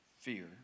fear